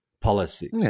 policy